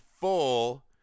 full